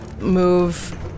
move